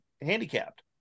handicapped